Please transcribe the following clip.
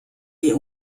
die